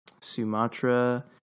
Sumatra